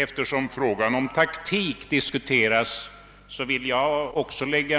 Eftersom frågan om taktik diskuterats vill jag säga